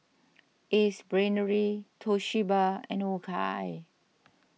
Ace Brainery Toshiba and O K I